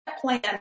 plan